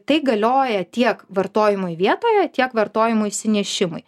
tai galioja tiek vartojimui vietoje tiek vartojimui išsinešimui